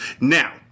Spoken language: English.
Now